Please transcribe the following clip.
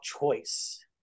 choice